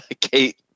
Kate